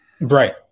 Right